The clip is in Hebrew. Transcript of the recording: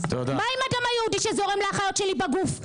מה עם הדם היהודי שזורם לאחיות שלי בגוף,